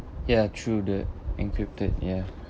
ya true the encrypted ya